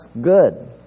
good